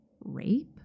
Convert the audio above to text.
rape